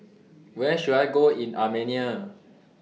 Where should I Go in Armenia